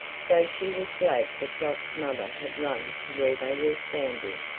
so she was glad that dot's mother had run to where they were standing,